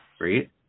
Right